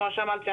כמו שאמרתי,